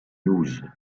news